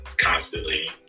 Constantly